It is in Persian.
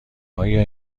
آیا